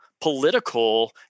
political